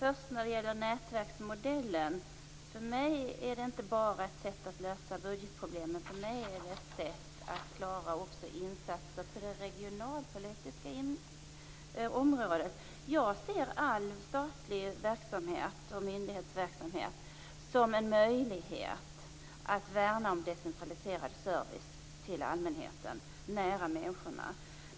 Fru talman! För mig är nätverksmodellen inte bara ett sätt att lösa budgetproblemen. För mig är det ett sätt att också klara insatser på det regionalpolitiska området. Jag ser all statlig verksamhet och myndighetsverksamhet som en möjlighet att värna om en decentraliserad service till allmänheten nära människorna.